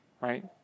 right